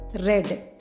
red